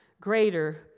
greater